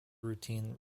routine